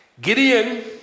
Gideon